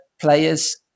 players